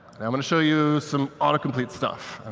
going to show you some autocomplete stuff.